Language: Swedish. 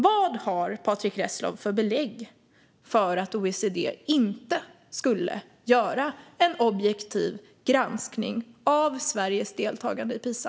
Vad har Patrick Reslow för belägg för att OECD inte skulle göra en objektiv granskning av Sveriges deltagande i PISA?